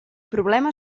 problema